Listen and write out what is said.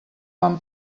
vam